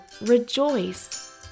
Rejoice